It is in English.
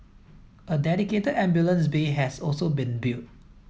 a dedicated ambulance bay has also been built